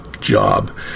job